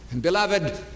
Beloved